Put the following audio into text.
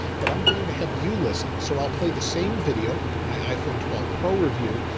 but i'm going to have you listen. so i'll play the same video, my iphone twelve pro review.